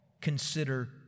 consider